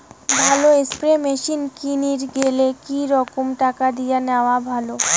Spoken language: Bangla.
ভালো স্প্রে মেশিন কিনির গেলে কি রকম টাকা দিয়া নেওয়া ভালো?